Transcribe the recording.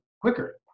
quicker